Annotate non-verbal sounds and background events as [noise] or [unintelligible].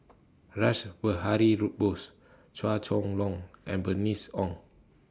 Rash Behari [unintelligible] Bose Chua Chong Long and Bernice Ong